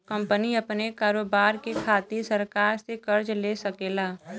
company अपने कारोबार के खातिर सरकार से कर्ज ले सकेला